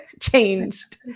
changed